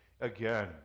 again